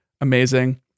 amazing